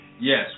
Yes